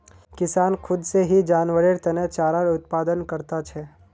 किसान खुद से ही जानवरेर तने चारार उत्पादन करता छे